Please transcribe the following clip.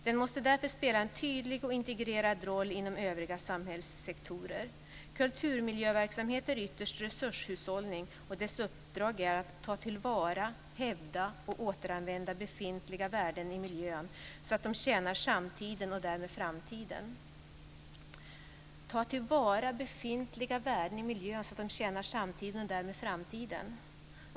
Den måste därför spela en tydlig och integrerad roll inom övriga samhällssektorer. Kulturmiljöverksamhet är ytterst resurshushållning och dess uppdrag är att ta till vara, hävda och återanvända befintliga värden i miljön så att de tjänar samtiden och därmed framtiden. Ta till vara befintliga värden i miljön så att de tjänar samtiden och därmed framtiden.